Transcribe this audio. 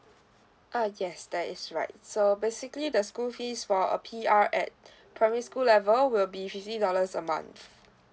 uh yes that is right so basically the school fees for a P_R at primary school level will be fifty dollars a month